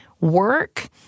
work